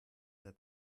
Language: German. der